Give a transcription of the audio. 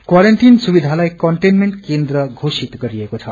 quarantine सुविधालाई containment केन्द्र घोषित गरिएको छ